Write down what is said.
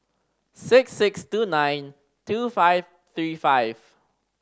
six six two nine two five three five